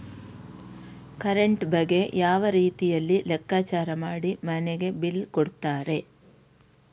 Current ಬಗ್ಗೆ ಯಾವ ರೀತಿಯಲ್ಲಿ ಲೆಕ್ಕಚಾರ ಮಾಡಿ ಮನೆಗೆ ಬಿಲ್ ಕೊಡುತ್ತಾರೆ?